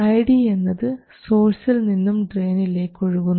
iD എന്നത് സോഴ്സിൽ നിന്നും ഡ്രയിനിലേക്ക് ഒഴുകുന്നു